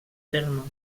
terme